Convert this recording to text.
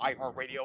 iHeartRadio